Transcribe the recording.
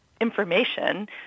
information